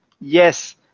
Yes